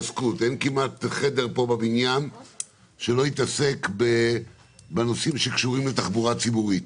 חדר פה בבניין שלא התעסק בנושאים שקשורים לתחבורה ציבורית,